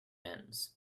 ends